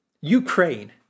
Ukraine